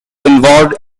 involved